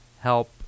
help